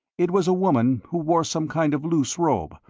it was a woman who wore some kind of loose robe,